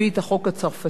והוא גם גייס